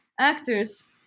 actors